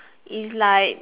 is like